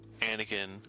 Anakin